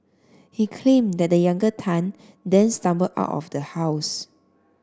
he claimed that the younger Tan then stumbled out of the house